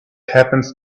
happens